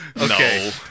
Okay